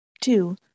Two